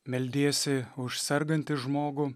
meldiesi už sergantį žmogų